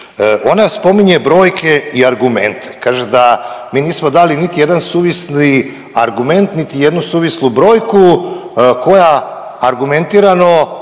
Ona spominje brojke i argumente. Kaže da mi nismo dali niti jedan suvisli argument, niti jednu suvislu brojku koja argumentirano